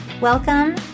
Welcome